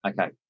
okay